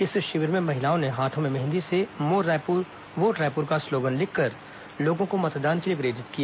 इस शिविर में महिलाओं ने हाथों में मेहंदी से मोर रायपुर वोट रायपुर का स्लोगन लिखकर लोगों को मतदान के लिए प्रेरित किया